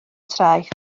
traeth